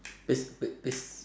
bas~ ba~ bas~